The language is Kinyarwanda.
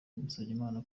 musabyimana